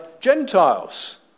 Gentiles